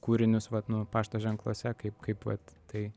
kūrinius vat nu pašto ženkluose kaip kaip vat tai